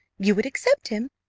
you would accept him?